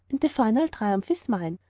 and the final triumph is mine.